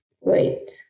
wait